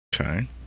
Okay